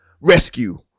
rescue